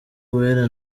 uwera